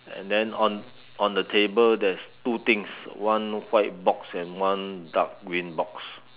and then on on the table there's two things one white box and one dark green box